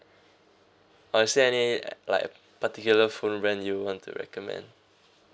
or is there any like particular phone when you want to recommend